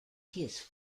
his